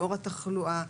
לאור התחלואה,